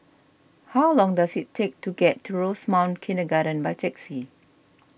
how long does it take to get to Rosemount Kindergarten by taxi